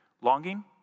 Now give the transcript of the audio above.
longing